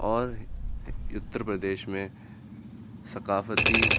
اور اتّر پردیش میں ثقافتی